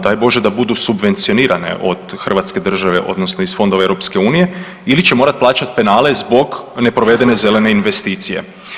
Daj Bože da budu subvencionirane od Hrvatske države odnosno iz fondova Europske unije ili će morati plaćati penale zbog neprovedene zelene investicije.